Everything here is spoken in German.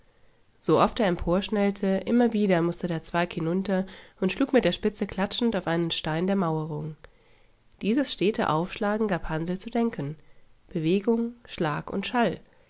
sooft er emporschnellte immer wieder mußte der zweig hinunter und schlug mit der spitze klatschend auf einen stein der mauerung dieses stete aufschlagen gab hansl zu denken bewegung schlag und schall